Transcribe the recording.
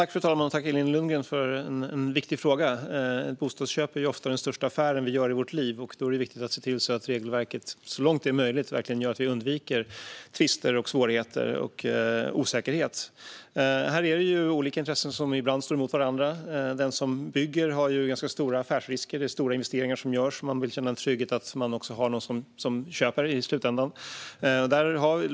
Fru talman! Tack, Elin Lundgren, för en viktig fråga! Ett bostadsköp är ofta den största affären vi gör i vårt liv. Då är det viktigt att se till att regelverket så långt det är möjligt verkligen gör att vi undviker tvister, svårigheter och osäkerhet. Här är det olika intressen som ibland står emot varandra. Den som bygger har ganska stora affärsrisker. Det är stora investeringar som görs. Man vill känna en trygghet att man också har någon som köpare i slutändan.